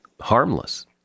harmless